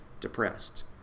depressed